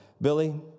Billy